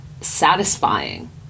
satisfying